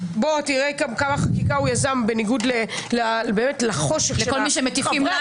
תראה כמה חקיקה הוא יזם בניגוד לחושך של חברי